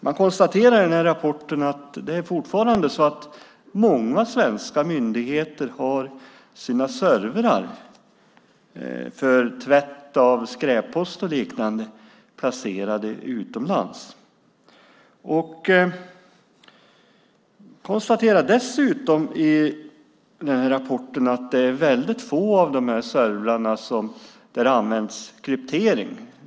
Man konstaterar i rapporten att det fortfarande är så att många svenska myndigheter har sina servrar för tvätt av skräppost och liknande placerade utomlands. Man konstaterar dessutom i den här rapporten att det är på väldigt få av de här servrarna som det används kryptering.